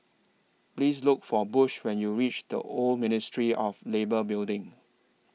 Please Look For Bush when YOU REACH Old Ministry of Labour Building